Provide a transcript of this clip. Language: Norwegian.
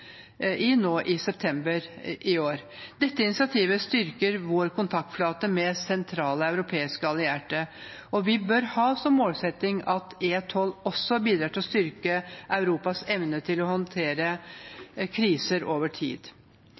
i nå i september i år. Dette initiativet styrker vår kontaktflate med sentrale europeiske allierte. Vi bør ha som målsetting at E12 også bidrar til å styrke Europas evne til å håndtere kriser over tid.